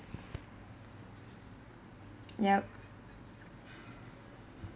yup